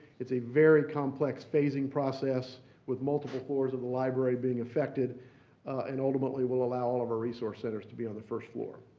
it's a very complex phasing process with multiple floors of the library being affected and ultimately will allow all of our resource centers to be on the first floor.